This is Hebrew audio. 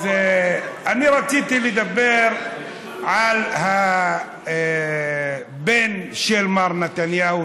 אז אני רציתי לדבר על הבן של מר נתניהו,